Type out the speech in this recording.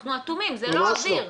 אנחנו אטומים, זה לא עביר.